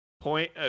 Point